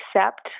accept